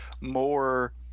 more